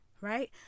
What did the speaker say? right